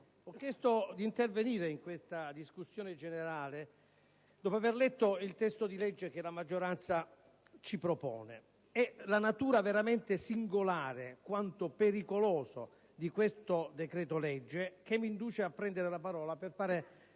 ho chiesto di intervenire in questa discussione generale dopo avere letto il testo di legge che la maggioranza ci propone. È la natura veramente singolare, quanto pericolosa, di questo decreto-legge che mi induce a prendere la parola per fare